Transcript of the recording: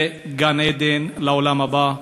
זה גן-עדן לעולם הבא.